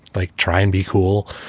like try and be cool.